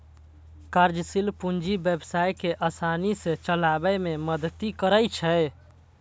कार्यशील पूंजी व्यवसाय कें आसानी सं चलाबै मे मदति करै छै